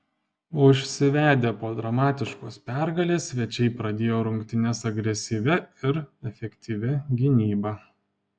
užsivedę po dramatiškos pergalės svečiai pradėjo rungtynes agresyvia ir efektyvia gynyba